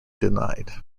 denied